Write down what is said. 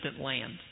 land